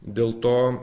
dėl to